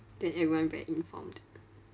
then everyone very informed